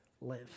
live